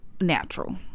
natural